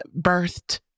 birthed